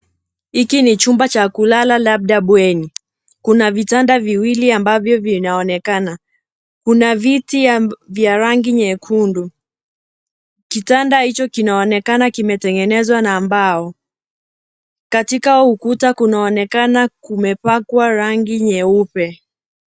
Hiki ni chumba cha kulala labda bweni. Kuna vitanda viwili ambavyo vinaonekana. Kuna viti vya rangi nyekundu. Kitanda hicho kinaonekana kimetegezwa na mbao. Katika ukuta kunaonekana kumepakwa rangi nyeupe.